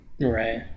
Right